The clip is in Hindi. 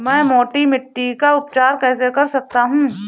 मैं मोटी मिट्टी का उपचार कैसे कर सकता हूँ?